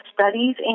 studies